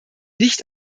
nicht